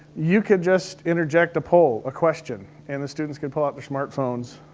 you can just interject a poll a question and the students can pull out their smartphones.